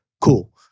Cool